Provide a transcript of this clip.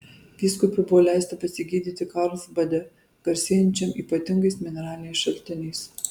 vyskupui buvo leista pasigydyti karlsbade garsėjančiam ypatingais mineraliniais šaltiniais